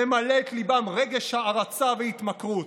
ממלא את ליבם רגש הערצה והתמכרות?"